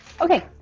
Okay